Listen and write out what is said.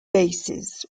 bases